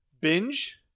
Binge